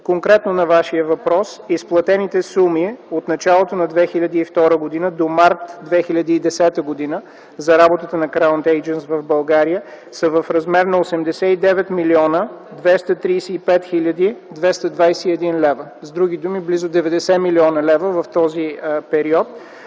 Конкретно на Вашия въпрос: изплатените суми от началото на 2002 г. до март 2010 г. за работата на „Краун Eйджънтс” в България са в размер на 89 млн. 235 хил. 221 лв. С други думи близо 90 млн. лв. в този период